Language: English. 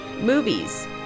movies